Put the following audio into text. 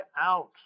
out